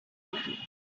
planet